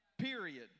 period